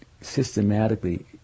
systematically